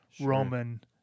Roman